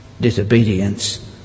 disobedience